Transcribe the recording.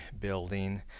building